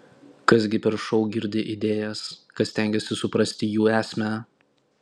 kas gi per šou girdi idėjas kas stengiasi suprasti jų esmę